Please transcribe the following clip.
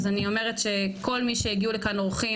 אז אני אומרת שכל מי שהגיעו לכאן אורחים,